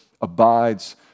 abides